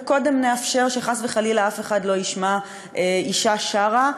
וקודם נאפשר שחס וחלילה אף אחד לא ישמע אישה שרה,